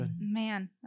Man